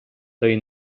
той